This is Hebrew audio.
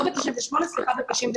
לא ב-98', סליחה, ב-99'.